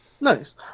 Nice